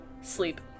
Sleep